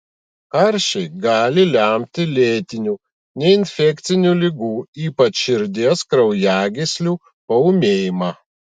karščiai gali lemti lėtinių neinfekcinių ligų ypač širdies kraujagyslių paūmėjimą